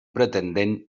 pretendent